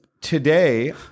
today